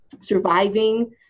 surviving